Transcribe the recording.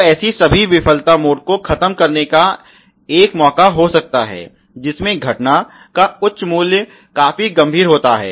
तो ऐसी सभी विफलता मोड को खत्म करने का एक मौका हो सकता है जिसमें घटना का उच्च मूल्य काफी गंभीर होता है